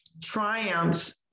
triumphs